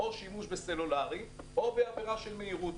או שימוש בסלולרי, או עבירה של מהירות.